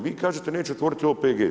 Vi kažete, neće otvoriti OPG-e.